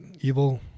evil